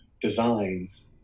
designs